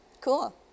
Cool